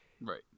Right